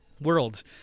worlds